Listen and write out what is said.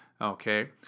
Okay